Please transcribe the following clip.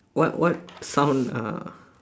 what what sound uh